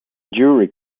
jury